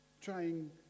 trying